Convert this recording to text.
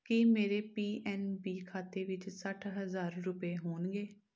ਕੀ ਮੇਰੇ P N B ਖਾਤੇ ਵਿੱਚ ਸੱਠ ਹਜ਼ਾਰ ਰੁਪਏ ਹੋਣਗੇ